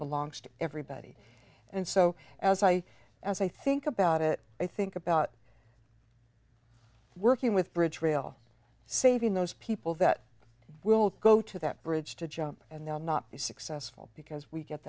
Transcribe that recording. belongs to everybody and so as i as i think about it i think about working with bridge rail saving those people that will go to that bridge to jump and they'll not be successful because we get